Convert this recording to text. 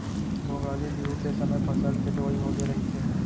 भोगाली बिहू के समे फसल के लुवई होगे रहिथे